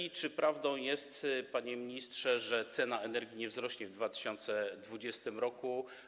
I czy prawdą jest, panie ministrze, że cena energii nie wzrośnie w 2020 r.